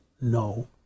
no